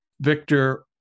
victor